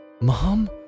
Mom